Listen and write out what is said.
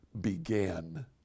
began